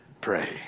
pray